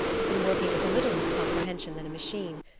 i've been working with a little more comprehension than a machine,